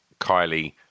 Kylie